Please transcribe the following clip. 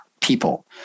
people